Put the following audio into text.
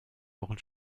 wochen